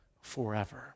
forever